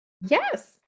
Yes